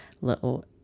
little